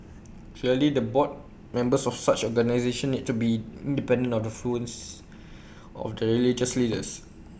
clearly the board members of such organisations need to be independent of the of the religious leaders